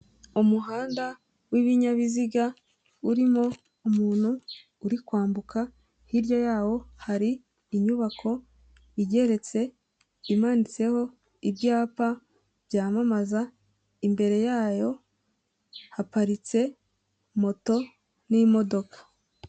Umuhanda w'ibinyabiziga urimo umuntu uri kwambuka, hirya yawo hari inyubako igeretse imanitseho ibyapa byamamaza, imbere yayo haparitse moto n'imodoka.